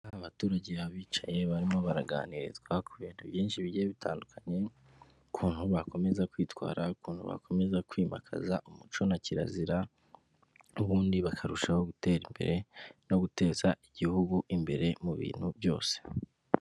Abaturage abicaye barimo baraganirizwa ku bintu byinshi bigiye bitandukanye, ukuntu bakomeza kwitwara, ukuntu bakomeza kwimakaza umuco na kirazira, ubundi bakarushaho gutera imbere no guteza igihugu imbere mu bintu byose.